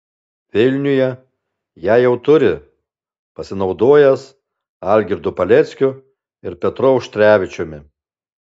vilniuje ją jau turi pasinaudojęs algirdu paleckiu ir petru auštrevičiumi